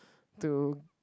to